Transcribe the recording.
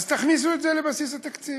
אז תכניסו את זה לבסיס התקציב.